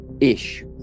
ish